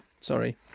Sorry